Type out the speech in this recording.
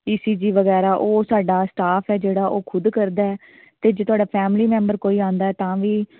ECG ਵਗੈਰਾ ਉਹ ਸਾਡਾ ਸਟਾਫ ਹੈ ਜਿਹੜਾ ਉਹ ਖੁਦ ਕਰਦਾ ਅਤੇ ਜੇ ਤੁਹਾਡਾ ਫੈਮਿਲੀ ਮੈਂਬਰ ਕੋਈ ਆਉਂਦਾ ਤਾਂ ਵੀ